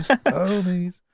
homies